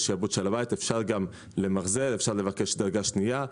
יש שעבוד של הבית, אפשר למחזר, לבקש דרגה שנייה.